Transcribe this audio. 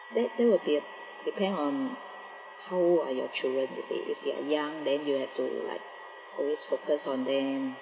that that will be uh depend on how old are your children you see if they are young then you have to like always focus on them